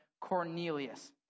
Cornelius